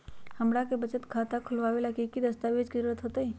हमरा के बचत खाता खोलबाबे ला की की दस्तावेज के जरूरत होतई?